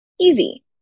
Easy